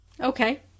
Okay